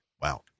Wow